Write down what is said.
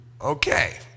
Okay